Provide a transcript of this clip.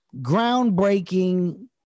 groundbreaking